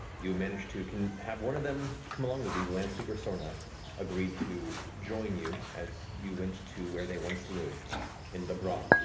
you managed to have one of them come along with you. the landspeaker soorna agreed to join you as you went to where they once lived in the braan,